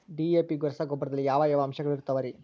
DAP ರಸಗೊಬ್ಬರದಲ್ಲಿ ಯಾವ ಯಾವ ಅಂಶಗಳಿರುತ್ತವರಿ?